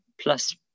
plus